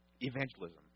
evangelism